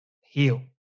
heal